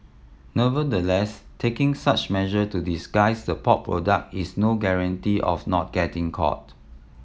nevertheless taking such measure to disguise the pork product is no guarantee of not getting caught